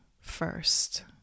first